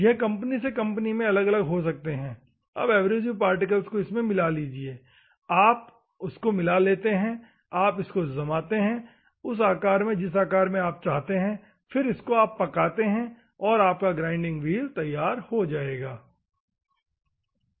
यह कंपनी से कंपनी में अलग अलग हो सकते हैं अब एब्रेसिव पार्टिकल को इसमें मिला लीजिए आप उसको मिला लेते हैं आप इसे जमाते हैं उस आकार में जिस आकार में आप चाहते है फिर इसको पकाते हैं और आपका ग्राइंडिंग व्हील तैयार हो जायेगा ठीक है